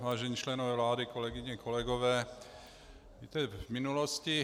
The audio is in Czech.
Vážení členové vlády, kolegyně, kolegové, k té minulosti.